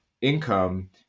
income